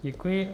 Děkuji.